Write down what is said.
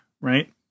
Right